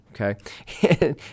okay